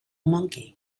monkey